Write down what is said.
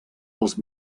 els